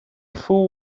fool